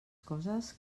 coses